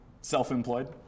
self-employed